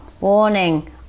warning